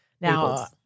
now